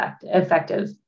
effective